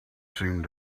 seemed